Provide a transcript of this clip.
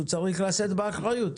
הוא צריך לשאת באחריות,